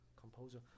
composer